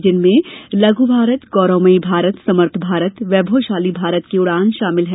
जिनमें लघ् भारत गौरवमयी भारत समर्थ भारत वैभवशाली भारत की उड़ान शामिल हैं